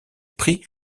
prix